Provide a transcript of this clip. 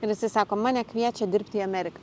ir jisai sako mane kviečia dirbti į ameriką